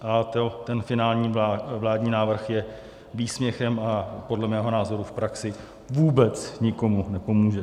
A ten finální vládní návrh je výsměchem a podle mého názoru v praxi vůbec nikomu nepomůže.